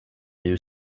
new